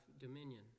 dominion